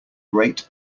great